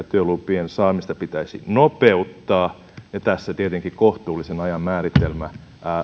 työlupien saamista pitäisi nopeuttaa ja tässä tietenkin kohtuullisen ajan määritelmä